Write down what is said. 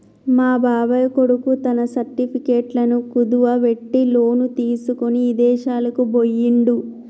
మా బాబాయ్ కొడుకు తన సర్టిఫికెట్లను కుదువబెట్టి లోను తీసుకొని ఇదేశాలకు బొయ్యిండు